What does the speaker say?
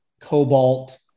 cobalt